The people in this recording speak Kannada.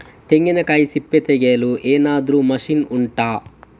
ತೆಂಗಿನಕಾಯಿ ಸಿಪ್ಪೆ ತೆಗೆಯಲು ಏನಾದ್ರೂ ಮಷೀನ್ ಉಂಟಾ